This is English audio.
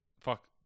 Fuck